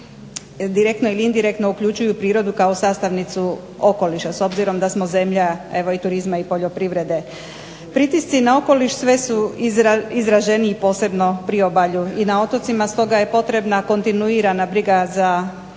direktno ili indirektno uključuju prirodu kao sastavnicu okoliša. S obzirom da smo zemlja i turizma i poljoprivrede. Pritisci na okoliš sve su izraženiji posebno na priobalju i na otocima, stoga je potrebna kontinuirana briga za